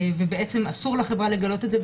ובעצם, אסור לחברה לגלות את זה.